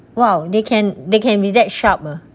!wow! they can they can be that sharp uh